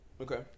Okay